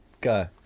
Go